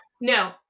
No